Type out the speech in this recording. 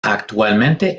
actualmente